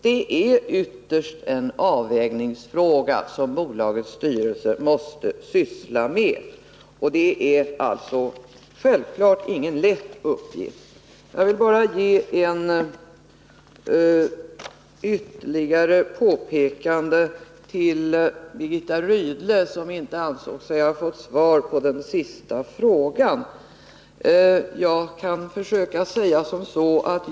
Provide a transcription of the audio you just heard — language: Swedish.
Det är ytterst en avvägningsfråga som bolagets styrelse måste syssla med, och det är alltså självfallet ingen lätt uppgift. Jag vill bara göra ett ytterligare påpekande med anledning av att Birgitta Rydle inte ansåg sig ha fått svar på sin senaste fråga.